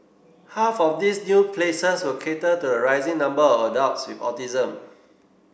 half of these new places will cater to the rising number of adults with autism